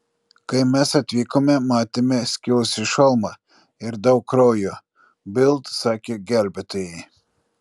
kai mes atvykome matėme skilusį šalmą ir daug kraujo bild sakė gelbėtojai